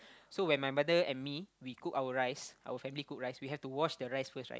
so when my mother and me we cook our rice our family cook rice we have to wash the rice first right